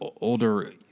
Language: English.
older